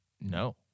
no